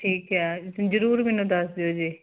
ਠੀਕ ਹੈ ਜ਼ਰੂਰ ਮੈਨੂੰ ਦੱਸ ਦਿਓ ਜੇ